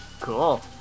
cool